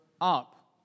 up